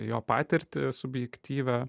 jo patirtį subjektyvią